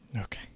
Okay